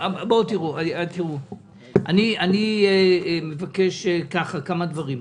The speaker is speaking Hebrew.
אני מבקש כמה דברים.